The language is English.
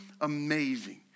amazing